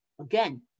again